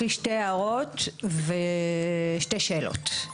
יש לי שתי הערות ושתי שאלות.